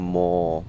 more